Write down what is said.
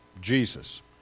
Jesus